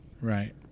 Right